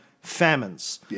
famines